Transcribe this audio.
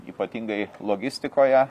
ypatingai logistikoje